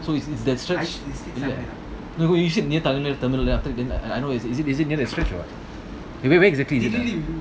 so it's it's that stretch no you said near tanah merah terminal then after then I I know is it is it near that stretch or what where where where exactly is it